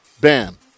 Bam